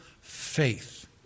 faith